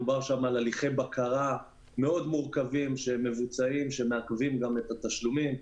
מדובר שם על הליכי בקרה מאוד מורכבים שמעכבים גם את התשלומים.